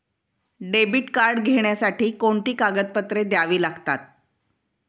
Debit card घेण्यासाठी कोणती कागदपत्रे द्यावी लागतात?